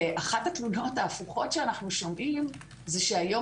אחת התלונות ההפוכות שאנחנו שומעים זה שהיום